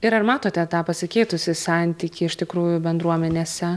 ir ar matote tą pasikeitusį santykį iš tikrųjų bendruomenėse